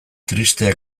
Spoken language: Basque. tristeak